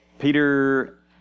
Peter